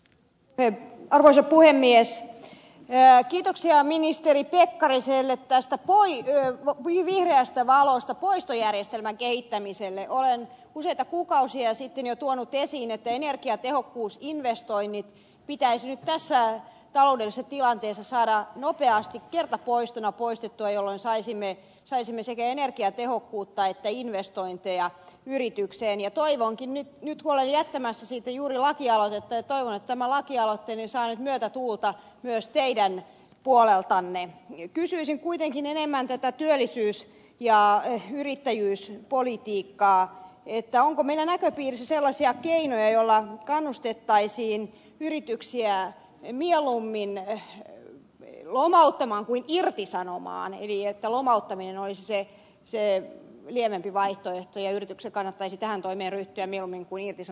te arvoisa puhemies jää kiitoksia ministeri pekkariselle tästä vuori ja jimiäistä maalausta poistojärjestelmän kehittämiselle olen useita kuukausia sitten ja tuonut esiin että energiatehokkuusinvestoinnit pitäisi jossain taloudellisen tilanteensa saada nopeasti kertapoistona poistettua jolloin saisimme ei saisi mesicenergiatehokkuutta että investointeja yritykseen ja toivonkin nyt olen jättämässä siitä juuri lakialoitetta että tämä lakialoitteeni saa nyt myötätuulta myös teidän puoleltannein kysyisin kuitenkin enemmän tätä työllisyys ja yrittäjyyspolitiikkaa tietää onko meillä näköpiirissä sellaisia keinoja joilla kannustettaisiin yrityksiään milloin minne hän menee lomauttamaan kuin irtisanomaan hiihtolomalta miinoisen eli lievempi vaihtoehto ja yrityksen kannattaisi kääntää mervi kemiammin kuin kesä